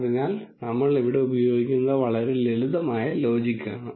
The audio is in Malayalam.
അതിനാൽ നമ്മൾ ഇവിടെ ഉപയോഗിക്കുന്നത് വളരെ ലളിതമായ ലോജിക്കാണ്